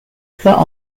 pas